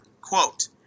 quote